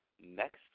next